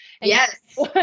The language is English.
Yes